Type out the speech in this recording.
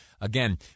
Again